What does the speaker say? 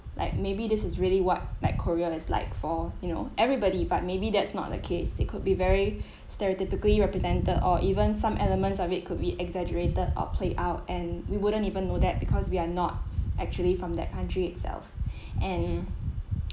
like maybe this is really what like korea is like for you know everybody but maybe that's not the case it could be very stereotypically represented or even some elements of it could be exaggerated or played out and we wouldn't even know that because we're not actually from that country itself and